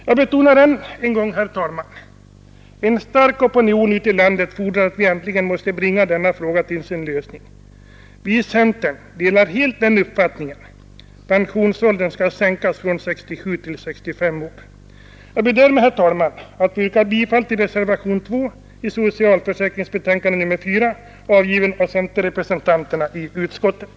Jag betonar än en gång, herr talman, att en stark opinion ute i landet fordrar att vi äntligen bringar denna fråga till en lösning. Vi i centerpartiet delar helt uppfattningen att pensionsåldern skall sänkas från 67 till 65 år. Jag ber därmed, herr talman, att få yrka bifall till reservationen 2, avgiven av centerpartirepresentanterna i utskottet.